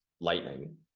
lightning